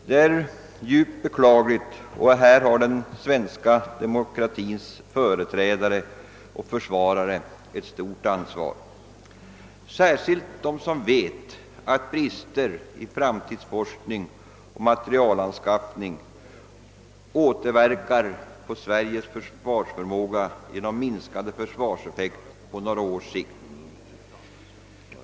Det är djupt beklagligt, ock här har den svenska demokratins företrädare och försvarare ett stort ansvar, särskilt de som vet hur brister i framtidsforskning och materielanskaffning återverkar på Sveriges försvarsförmåga genom minskad försvarseffekt på några års sikt.